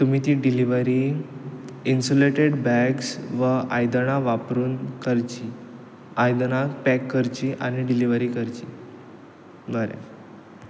तुमी ती delivery insulated bags वा आयदनां वापरून करची आयदनां पॅक करची आनी डिलीवरी करची बरें